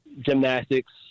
gymnastics